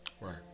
right